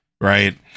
right